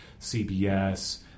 CBS